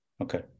Okay